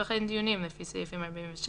וכן דיונים לפי סעיפים 47,